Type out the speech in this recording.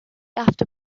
after